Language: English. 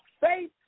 faith